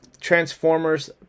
Transformers